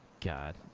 God